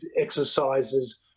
exercises